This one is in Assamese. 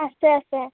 আছে আছে